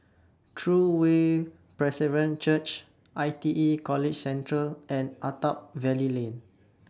True Way Presbyterian Church I T E College Central and Attap Valley Lane